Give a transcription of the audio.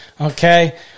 Okay